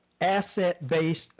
asset-based